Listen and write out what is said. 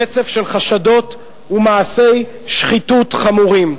רצף של חשדות ומעשי שחיתות חמורים.